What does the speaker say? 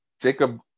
Jacob